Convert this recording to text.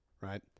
Right